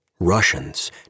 Russians